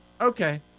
okay